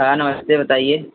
sir नमस्ते बताइए